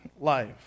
life